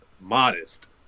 modest